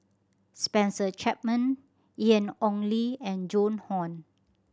Spencer Chapman Ian Ong Li and Joan Hon